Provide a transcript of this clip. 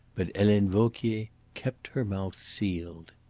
but helene vauquier kept her mouth sealed.